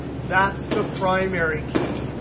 that's the primary key.